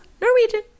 Norwegian